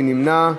מי נמנע?